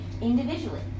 Individually